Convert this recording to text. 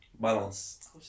Balance